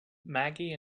maggie